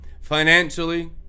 financially